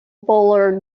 buller